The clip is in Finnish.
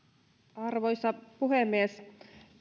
arvoisa puhemies